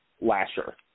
Lasher